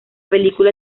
película